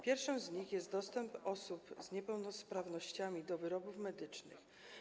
Pierwszą z nich jest kwestia dostępu osób z niepełnosprawnościami do wyrobów medycznych.